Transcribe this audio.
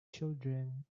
children